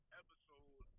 episode